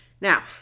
Now